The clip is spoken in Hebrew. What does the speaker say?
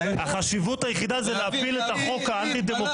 החשיבות היחידה זה להפיל את החוק האנטי דמוקרטי.